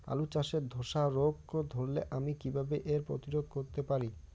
আলু চাষে ধসা রোগ ধরলে আমি কীভাবে এর প্রতিরোধ করতে পারি?